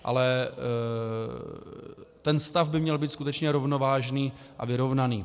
Ale ten stav by měl být skutečně rovnovážný a vyrovnaný.